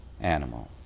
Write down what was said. animal